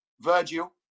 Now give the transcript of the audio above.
Virgil